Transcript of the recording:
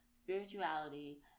spirituality